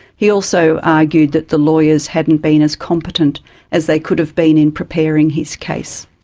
he also argued that the lawyers hadn't been as competent as they could've been in preparing his case.